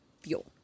Fuel